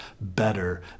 better